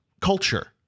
culture